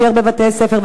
בבתי-הספר,